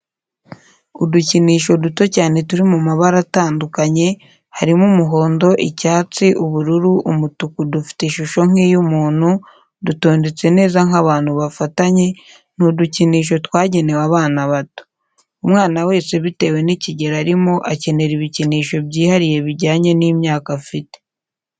Udukinisho duto cyane turi mu mabara atandukanye, harimo umuhondo, icyatsi, ubururu, umutuku dufite ishusho nk'iy'umuntu dutondetse neza nk'abantu bafatanye, ni udukinisho twagenewe abana bato. Umwana wese bitewe n'ikigero arimo akenera ibikinsho byihariye bijyanye n'imyaka afite.